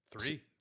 Three